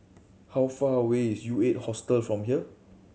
how far away is U Eight Hostel from here